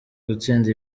gutsinda